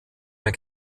mehr